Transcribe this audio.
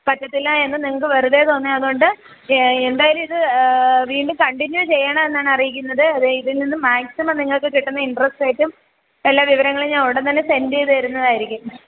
പറ്റത്തില്ല എന്നു നിങ്ങൾക്ക് വെറുതേ തോന്നുകയാണ് അതു കൊണ്ട് എന്തായാലും ഇത് വീണ്ടും കണ്ടിന്യൂ ചെയ്യണമെന്നാണ് അറിയിക്കുന്നത് ത് ഇതിൽ നിന്നും മാക്സിമം നിങ്ങൾക്ക് കിട്ടുന്ന ഇൻട്രസ്റ്റ് റേറ്റും എല്ലാ വിവരങ്ങളും ഞാൻ ഉടൻ തന്നെ സെൻ്റ് ചെയ്തു തരുന്നതായിരിക്കും